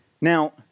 Now